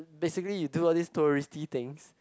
basically you do all this touristy thing